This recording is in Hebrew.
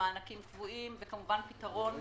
ומענקים קבועים וכמובן פתרון